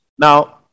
Now